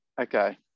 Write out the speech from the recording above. Okay